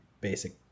basic